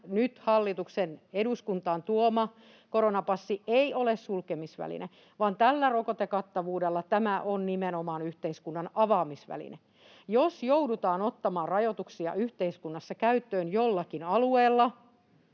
tämä nyt hallituksen eduskuntaan tuoma koronapassi ei ole sulkemisväline vaan tällä rokotekattavuudella tämä on nimenomaan yhteiskunnan avaamisväline. Jos joudutaan ottamaan rajoituksia yhteiskunnassa käyttöön jollakin alueella,